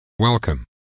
Welcome